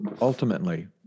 ultimately